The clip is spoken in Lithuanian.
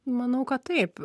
manau kad taip